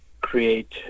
create